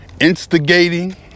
Instigating